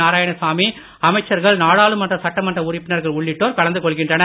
நாராயணசாமி அமைச்சர்கள் நாடாளுமன்ற சட்டமன்ற உறுப்பினர்கள் உள்ளிட்டோர் கலந்து கொள்கின்றனர்